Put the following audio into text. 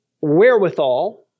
wherewithal